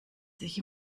sich